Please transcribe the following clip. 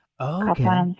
Okay